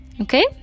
Okay